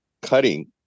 cutting